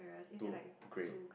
two grey